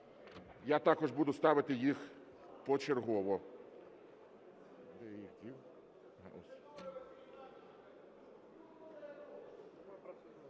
Я також буду ставити їх почергово.